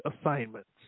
assignments